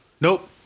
nope